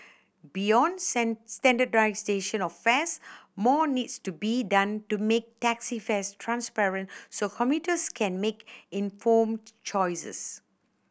beyond standardisation of fares more needs to be done to make taxi fares transparent so commuters can make informed choices